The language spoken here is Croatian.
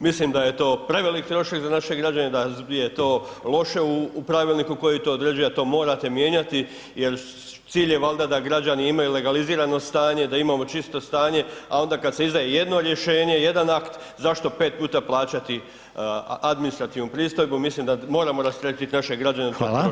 Mislim da je to prevelik trošak za naše građane, da je to loše u pravilniku koji to određuje a to morate mijenjati jer cilj je valjda da građani imaju legalizirano stanje, da imamo čisto stanje a onda kad se izdaje jedno rješenje, jedan akt, zašto pet puta plaćati administrativnu pristojbu, mislim da moramo rasteretiti naše građane tog troška, hvala lijepa.